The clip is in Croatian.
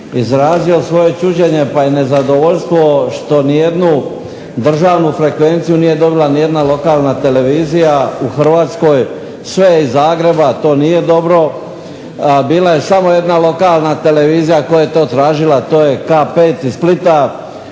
izrazio svoje čuđenje pa i nezadovoljstvo što ni jednu državnu frekvenciju nije dobila ni jedna lokalna televizija u Hrvatskoj. Sve je iz Zagreba, a to nije dobro. Bila je samo jedna lokalna televizija koja je to tražila. To je K5 iz Splita.